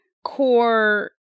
Core